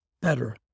better